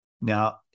Now